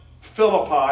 Philippi